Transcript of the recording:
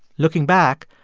looking back,